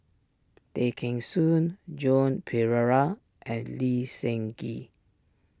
Tay Kheng Soon Joan Pereira and Lee Seng Gee